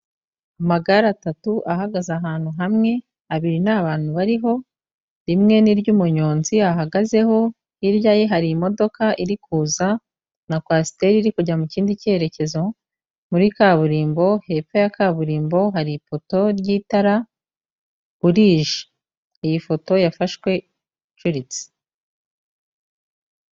Amagare atatu ahagaze ahantu hamwe, abiri ntabantu bariho rimwe n'iryo umunyonzi ahagazeho. Hirya ye hari imodoka iri kuza na kwasiteri iri kujya mu kindi cyerekezo muri kaburimbo. Hepfo ya kaburimbo hari ipoto ry'itara burije iyi foto yafashwe icuritse.